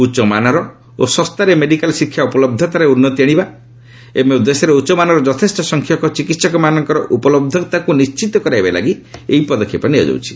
ଉଚ୍ଚମାନର ଓ ଶସ୍ତାରେ ମେଡିକାଲ୍ ଶିକ୍ଷା ଉପଲହ୍ଧତାରେ ଉନ୍ନତି ଆଶିବା ଏବଂ ଦେଶରେ ଉଚ୍ଚମାନର ଯଥେଷ୍ଟ ସଂଖ୍ୟକ ଚିକିତ୍ସକମାନଙ୍କର ଉପଲହ୍ଧତାକୁ ନିଶ୍ଚିତ କରାଇବା ଲାଗି ଏହି ପଦକ୍ଷେପ ନିଆଯାଉଛି